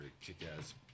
kick-ass